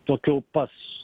tokiu pas